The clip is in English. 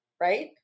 right